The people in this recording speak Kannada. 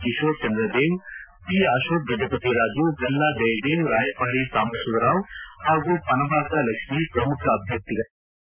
ಕಿಕೋರ್ ಚಂದ್ರದೇವ್ ಪಿ ಅಶೋಕ್ ಗಜಪತಿ ರಾಜು ಗಲ್ಲ ಜಯದೇವ್ ರಾಯಪಾಡಿ ಸಾಂಬಾ ಶಿವರಾವ್ ಹಾಗೂ ಪನಬಾಕ ಲಕ್ಷ್ಮೀ ಪ್ರಮುಖ ಅಭ್ಯರ್ಥಿಗಳಾಗಿದ್ದರು